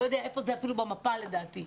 לא יודע איפה זה אפילו במפה לדעתי.